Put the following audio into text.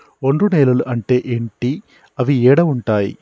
ఒండ్రు నేలలు అంటే ఏంటి? అవి ఏడ ఉంటాయి?